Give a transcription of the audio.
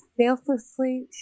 Selflessly